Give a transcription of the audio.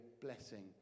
blessing